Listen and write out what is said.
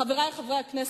חברי חברי הכנסת,